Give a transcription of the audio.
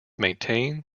maintain